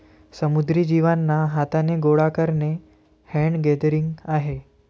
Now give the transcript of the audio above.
समुद्री जीवांना हाथाने गोडा करणे हैंड गैदरिंग आहे